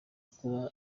kuba